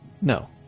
no